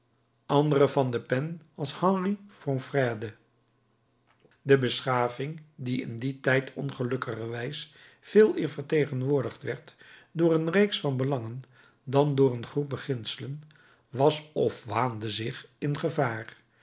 anderen van de pen als henry fonfrède de beschaving die in dien tijd ongelukkigerwijs veeleer vertegenwoordigd werd door een reeks van belangen dan door een groep beginselen was of waande zich in gevaar